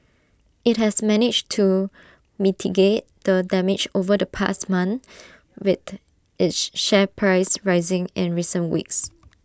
IT has managed to mitigate the damage over the past month with its share price rising in recent weeks